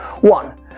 One